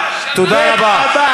תודה רבה.